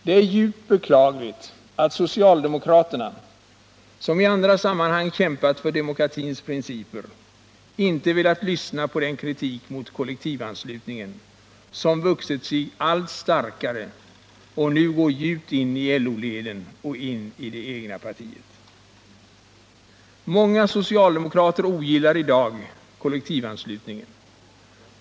Det är djupt beklagligt att socialdemokraterna, som i andra sammanhang kämpat för demokratins principer, inte velat lyssna på den kritik mot kollektivanslutningen som vuxit sig allt starkare och nu går djupt in i LO leden och i det egna partiet. Många socialdemokrater ogillar i dag kollektiv anslutningen.